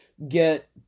get